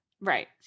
Right